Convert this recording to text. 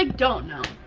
like don't know